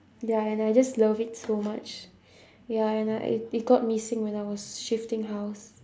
ya and I just love it so much ya and uh it it got missing when I was shifting house